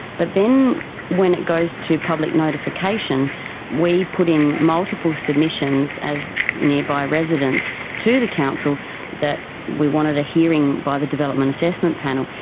but then when it goes to public notification we put in multiple submissions as nearby residents to the council that we wanted a hearing by the development assessment panel.